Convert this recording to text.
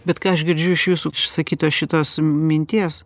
bet ką aš girdžiu iš jūsų išsakytos šitos minties